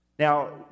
Now